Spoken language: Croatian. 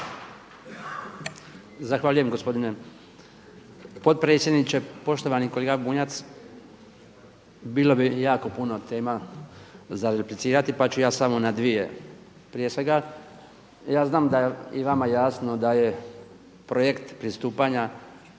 Zahvaljujem gospodine potpredsjedniče. Poštovani kolega Bunjac, bilo bi jako puno tema za replicirati pa ću ja samo na dvije. Prije svega, ja znam da je i vama jasno da je projekt pristupanja